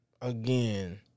Again